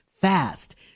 fast